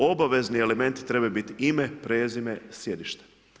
Obavezni elementi trebaju biti ime, prezime, sjedište.